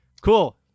cool